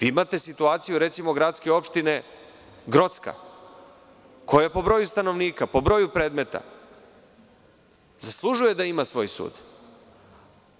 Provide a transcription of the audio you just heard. Vi imate situaciju, recimo, gradske opštine Grocka, koja po broju stanovnika i po broju predmeta zaslužuje da ima svoj sud,